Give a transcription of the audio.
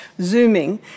Zooming